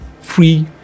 free